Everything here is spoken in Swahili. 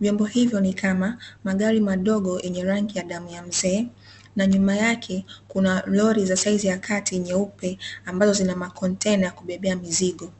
Vyombo hivyo ni kama; magari madogo yenye rangi ya damu ya mzee na nyuma yake kuna lori za saizi ya kati nyeupe ambazo zina makontena ya kubebea mizigo.